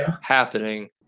happening